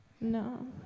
No